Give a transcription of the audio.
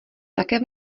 také